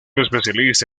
especialista